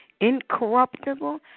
incorruptible